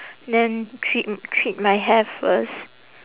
then treat treat my hair first